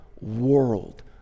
world